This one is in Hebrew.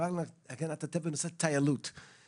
את שאלת מה זה רעש סביר.